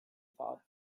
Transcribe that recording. thought